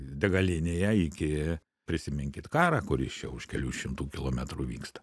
degalinėje iki prisiminkit karą kuris čia už kelių šimtų kilometrų vyksta